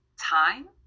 time